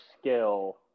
skill